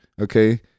Okay